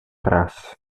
tras